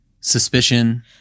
suspicion